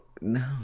no